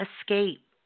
escape